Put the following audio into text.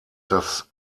das